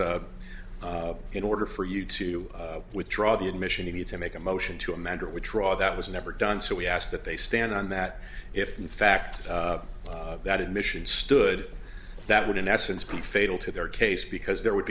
six in order for you to withdraw the admission you need to make a motion to amend or withdraw that was never done so we asked that they stand on that if in fact that admission stood that would in essence be fatal to their case because there would